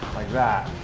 that.